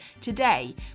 Today